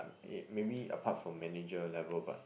um eh maybe apart from manager level but